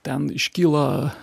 ten iškyla